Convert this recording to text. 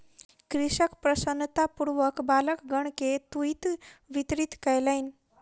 कृषक प्रसन्नतापूर्वक बालकगण के तूईत वितरित कयलैन